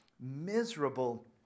miserable